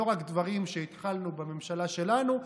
לא רק דברים שהתחלנו בממשלה שלנו,